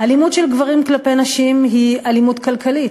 אלימות של גברים כלפי נשים היא אלימות כלכלית,